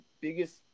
biggest